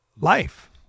life